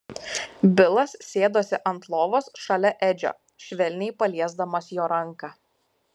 bilas sėdosi ant lovos šalia edžio švelniai paliesdamas jo ranką